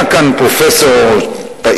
לפני כמה שנים היה כאן פרופסור אמריקני